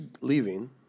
leaving